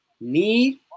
need